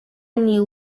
knew